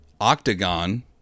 Octagon